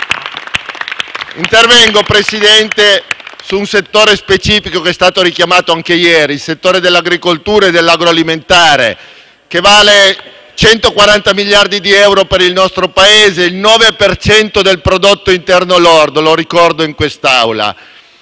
Intervengo, signor Presidente, su un settore specifico che è stato richiamato anche ieri, il settore dell'agricoltura e dell'agroalimentare, che vale 140 miliardi di euro per il nostro Paese - lo ricordo in quest'Aula